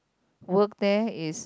work there is